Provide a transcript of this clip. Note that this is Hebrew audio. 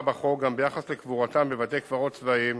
בחוק גם ביחס לקבורתם בבתי-קברות צבאיים